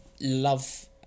love